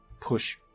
push